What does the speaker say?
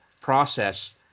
process